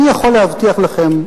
אני יכול להבטיח לכם,